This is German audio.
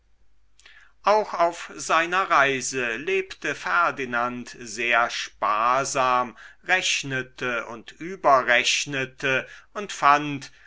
auch auf seiner reise lebte ferdinand sehr sparsam rechnete und überrechnete und fand